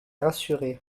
rassuré